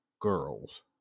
girls